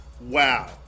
Wow